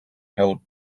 held